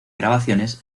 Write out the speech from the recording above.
grabaciones